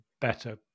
better